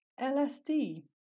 LSD